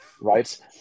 right